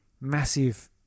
massive